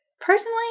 personally